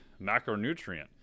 macronutrient